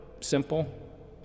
simple